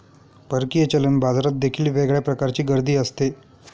परकीय चलन बाजारात देखील वेगळ्या प्रकारची गर्दी असते